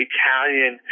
Italian